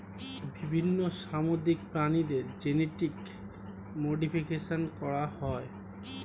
বিভিন্ন সামুদ্রিক প্রাণীদের জেনেটিক মডিফিকেশন করা হয়